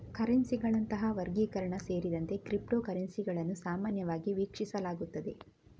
ಕರೆನ್ಸಿಗಳಂತಹ ವರ್ಗೀಕರಣ ಸೇರಿದಂತೆ ಕ್ರಿಪ್ಟೋ ಕರೆನ್ಸಿಗಳನ್ನು ಸಾಮಾನ್ಯವಾಗಿ ವೀಕ್ಷಿಸಲಾಗುತ್ತದೆ